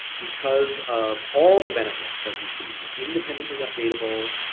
because of all the benefits that you see independently updatable,